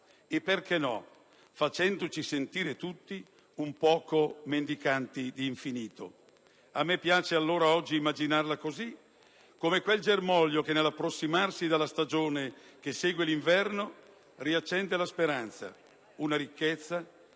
e perché no, facendoci sentire tutti un po' mendicanti di infinito. A me piace allora oggi immaginarla così, come quel germoglio che nell'approssimarsi della stagione che segue l'inverno riaccende la speranza, una ricchezza